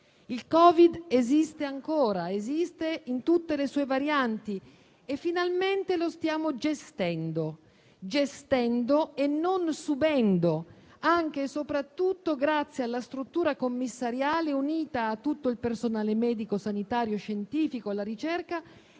Il Covid esiste ancora, in tutte le sue varianti. Finalmente lo stiamo gestendo, gestendo e non subendo, anche e soprattutto grazie alla struttura commissariale unita a tutto il personale medico, sanitario, scientifico, alla ricerca